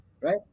right